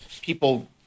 people